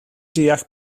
deall